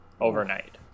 overnight